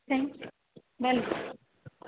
thank welcome